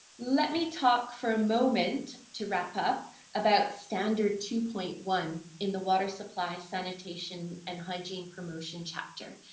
let me talk for a moment to wrap up about standard two point one in the water supply, sanitation and hygiene promotion chapter.